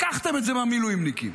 לקחתם את זה מהמילואימניקים.